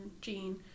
gene